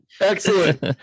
Excellent